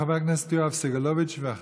חבר הכנסת יואב סגלוביץ', ואחריו,